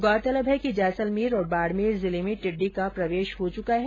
गौरतलब है कि जैसलमेर और बाड़मेर जिले में टिड्डी का प्रवेश हो चुका है